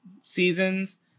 seasons